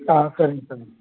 ஆ சரிங்க சரிங்க